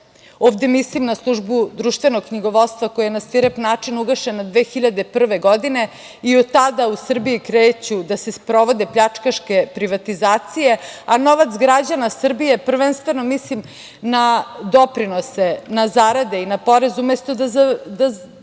ovde mislim na Službu društvenog knjigovodstva koja je na svirep način ugašena 2001. godine, i od tada u Srbiji kreću da se sprovode pljačkaške privatizacije, a novac građana Srbije, prvenstveno mislim na doprinose, na zarade i na porez, umesto da je završavao